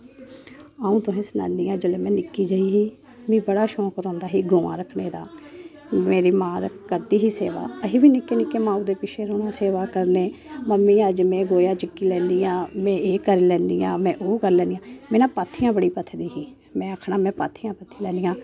अ'ऊं तुसें सनानी आं जेल्लै में निक्की जेही ही मीं बड़ा शौक रौंह्दा ही गवां रक्खने दा मेरी मां करदी ही सेवा असें बी निक्के निक्के माऊ दे पिच्छे रौह्ना सेवा करनेई मम्मी में अज्ज गोआ चुक्की लैन्नी आं में एह् करी लैन्नी आं में ओह् करी लैन्नी आं में ना पाथियां बड़ी पत्थदी ही मैं आखना मैं पाथियां पत्थी लैन्नी आं